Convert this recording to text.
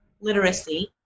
literacy